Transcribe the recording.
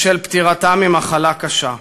בשל פטירתה ממחלה קשה.